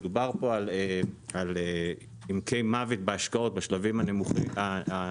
דובר פה על עמקי מוות בהשקעות בשלבים המוקדמים,